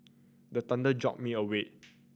the thunder jolt me awake